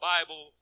Bible